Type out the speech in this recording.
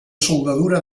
soldadura